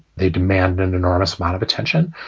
they demand an enormous amount of attention.